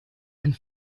and